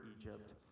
Egypt